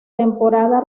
temporada